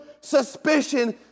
suspicion